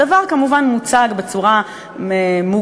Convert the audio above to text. הדבר כמובן מוצג בצורה מוגחכת,